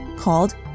called